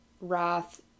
wrath